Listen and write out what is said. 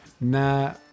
Nah